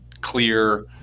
clear